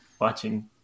watching